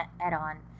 add-on